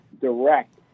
direct